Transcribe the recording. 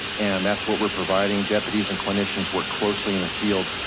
and that's what we're providing deputies and clinicians work closely in the field.